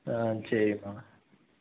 ஆ சரிமா